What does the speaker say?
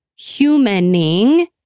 humaning